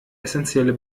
essentielle